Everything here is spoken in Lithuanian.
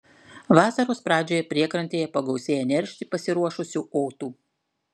vasaros pradžioje priekrantėje pagausėja neršti pasiruošusių otų